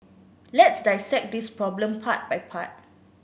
let's dissect this problem part by part